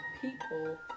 people